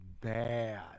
bad